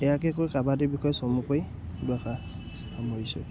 ইয়াকে কৌ কাবাডীৰ বিষয়ে চমুকৈ দুআষাৰ সামৰিছোঁ